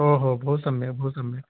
ओहो बहु सम्यक् बहु सम्यक्